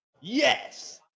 Yes